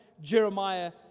Jeremiah